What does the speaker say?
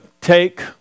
take